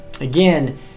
again